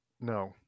No